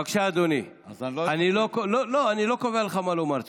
בבקשה, אדוני, אני לא קובע לך מה לומר.